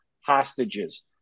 hostages